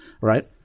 right